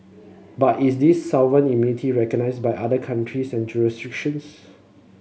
but is this sovereign immunity recognised by other countries and jurisdictions